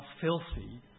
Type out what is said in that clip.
filthy